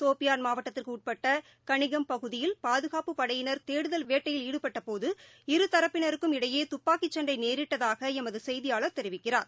சோபியான் மாவட்டத்திற்குஉட்பட்டகனிகம் பகுதியில் பாதுகாப்பு படையினர் தேடுதல் வேட்டையில் ஈடுபட்டபோது இருதரப்பினருக்கும் இடையேதுப்பாக்கிச்சண்டைநேரிட்டதாகஎமதுசெய்தியாளர் தெரிவிக்கிறார்